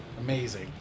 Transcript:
Amazing